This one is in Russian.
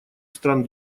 стран